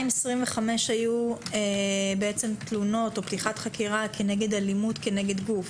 225 היו תלונות או פתיחת חקירה באלימות כנגד גוף.